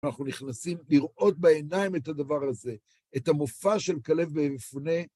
אנחנו נכנסים לראות בעיניים את הדבר הזה, את המופע של כלב בן יפונה.